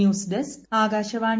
news desk Akashvani